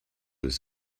his